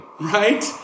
Right